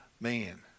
man